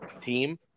team